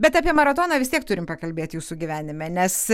bet apie maratoną vis tiek turim pakalbėt jūsų gyvenime nes